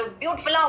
beautiful